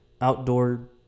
outdoor